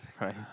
right